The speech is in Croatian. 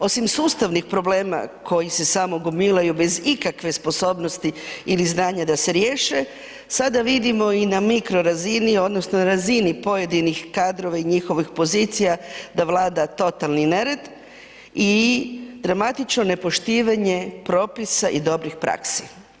Osim sustavnih problema koji se samo gomilaju bez ikakve sposobnosti ili znanja da se riješe, sada vidimo i na mikro razini odnosno razini pojedinih kadrova i njihovih pozicija da vlada totalni nered i dramatično nepoštivanje propisa i dobrih praksi.